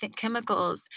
chemicals